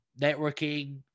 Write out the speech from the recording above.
networking